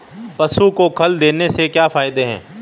पशु को खल देने से क्या फायदे हैं?